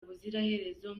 ubuziraherezo